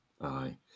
Aye